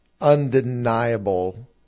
undeniable